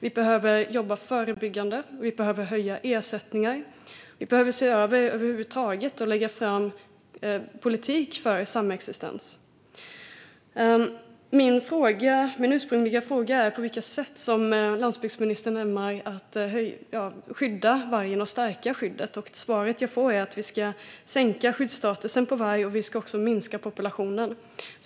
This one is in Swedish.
Vi behöver jobba förebyggande, vi behöver höja ersättningar, vi behöver över huvud taget se över och lägga fram politik för samexistens. Min ursprungliga fråga var på vilket sätt landsbygdsministern ämnar skydda vargen och stärka skyddet. Svaret jag får är att vi ska sänka skyddsstatusen för varg, och vi ska också minska populationen.